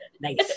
Nice